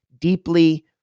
deeply